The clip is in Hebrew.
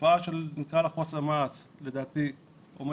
התופעה של חוסר מעש עומדת